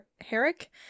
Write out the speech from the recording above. Herrick